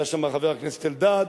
היה שם חבר הכנסת אלדד,